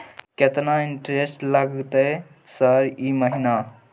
केतना इंटेरेस्ट लगतै सर हर महीना?